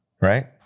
right